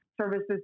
services